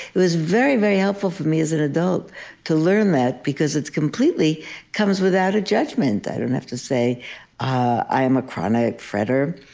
it was very, very helpful for me as an adult to learn that because it's completely comes without a judgment. i don't have to say i am a chronic fretter.